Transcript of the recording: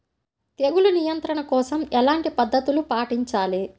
తెగులు నియంత్రణ కోసం ఎలాంటి పద్ధతులు పాటించాలి?